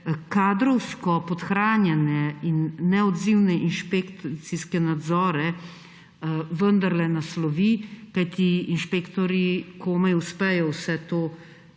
kadrovsko podhranjene in neodzivne inšpekcijske nadzore vendarle naslovi, kajti inšpektorji komaj uspejo vse to,